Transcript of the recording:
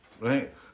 right